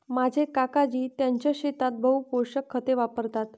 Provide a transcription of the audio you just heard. माझे काकाजी त्यांच्या शेतात बहु पोषक खते वापरतात